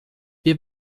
wir